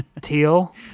teal